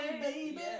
baby